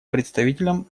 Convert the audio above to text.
представителям